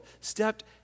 stepped